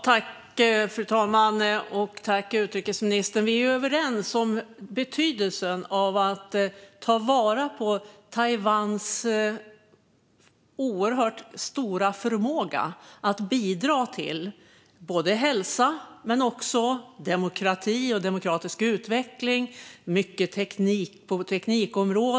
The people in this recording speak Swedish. Fru talman! Utrikesministern och jag är överens om betydelsen av att ta vara på Taiwans oerhört stora förmåga att bidra när det gäller både hälsa och demokrati och demokratisk utveckling samt även på teknikområdet.